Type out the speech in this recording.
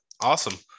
Awesome